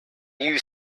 you